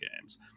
games